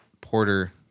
Porter